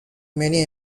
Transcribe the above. many